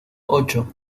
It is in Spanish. ocho